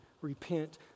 Repent